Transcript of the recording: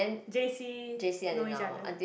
j_c know each other